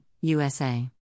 USA